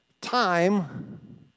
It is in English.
time